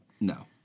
No